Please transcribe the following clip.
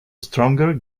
stronger